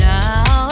Now